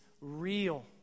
real